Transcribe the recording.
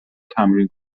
تمرین